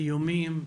איומים,